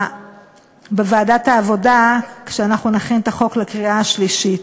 בוועדת העבודה כשאנחנו נכין את החוק לקריאה השלישית.